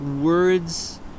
words